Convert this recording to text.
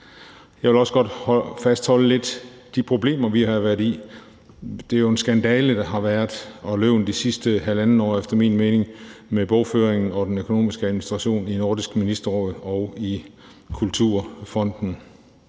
Jeg vil også godt lidt fastholde de problemer, vi har været i. Det er efter min mening en skandale, der har været det sidste halvandet år med bogføringen og den økonomiske administration i Nordisk Ministerråd og i Kulturfonden.